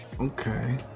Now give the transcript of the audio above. okay